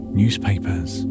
newspapers